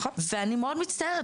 אני מאוד מצטערת,